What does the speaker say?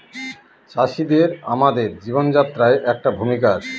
চাষিদের আমাদের জীবনযাত্রায় একটা ভূমিকা আছে